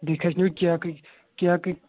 بیٚیہِ کھسِنو کیکٕکۍ کیککٕۍ